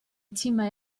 timau